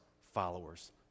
followers